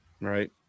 right